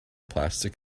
plastic